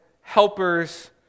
helpers